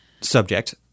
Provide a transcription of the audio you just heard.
subject